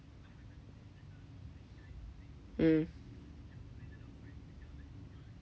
mm